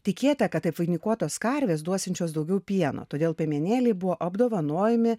tikėta kad taip vainikuotos karvės duosiančios daugiau pieno todėl piemenėliai buvo apdovanojami